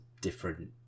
different